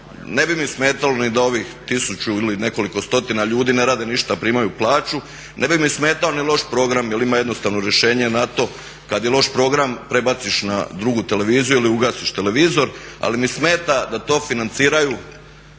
ne bi mi smetalo ni da ovih tisuću ili nekoliko stotina ljudi što ne rade ništa a primaju plaću, ne bi mi smetao ni loš program jer ima jednostavno rješenje na to, kad je loš program prebaciš na drugu televiziju ili ugasiš televizor, ali mi smeta da to financiraju